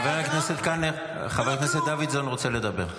חבר הכנסת קלנר, חבר הכנסת דוידסון רוצה לדבר.